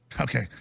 Okay